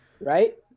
Right